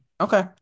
Okay